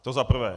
To za prvé.